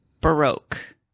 Baroque